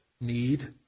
need